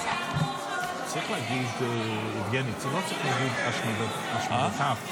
אשרה ורישיון ישיבה לקורא להשמדתה של מדינת ישראל או אזרחיה),